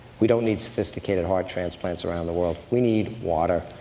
we don't need sophisticated heart transplants around the world. we need water.